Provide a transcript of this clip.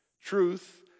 Truth